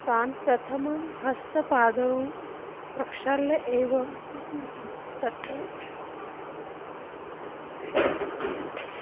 तान् प्रथमं हस्तपादौ प्रक्षाल्य एव तत्र